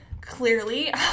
clearly